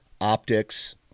optics